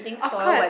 of course